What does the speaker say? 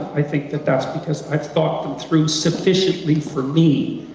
i think that that's because i've thought them through sufficiently for me,